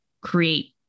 create